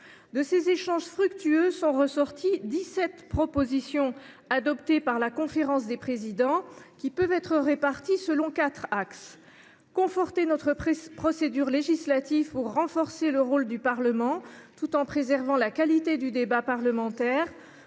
De ces échanges fructueux sont ressorties dix sept propositions, qui ont été adoptées par la conférence des présidents et qui peuvent être réparties selon quatre axes : conforter notre procédure législative pour renforcer le rôle du Parlement tout en préservant la qualité du débat parlementaire